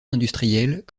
industriels